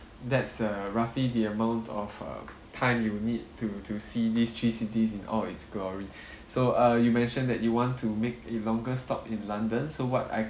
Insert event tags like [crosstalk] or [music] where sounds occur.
that's uh roughly the amount of um time you will need to to see these three cities in all its glory [breath] so uh you mentioned that you want to make a longer stop in london so what I